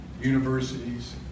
universities